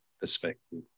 perspective